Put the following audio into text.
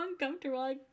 uncomfortable